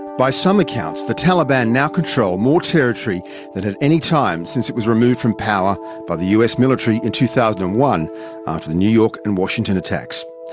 by some accounts the taliban now control more territory than at any time since it was removed from power by the us military in two thousand and one after the new york and washington attacks.